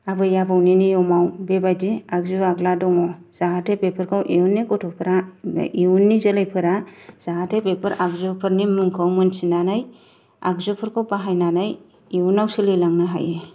आबै आबौनि नियमाव बेबादि आगजु आगला दङ जाहाथे बेफोरखौ इयुननि गथ'फोरा इयुननि जोलैफोरा जाहाथे बेफोर आगजुफोरनि मुंफोरखौ मोनथिनानै आगजुफोरखौ बाहायनानै इयुनाव सोलिलांनो हायो